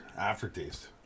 aftertaste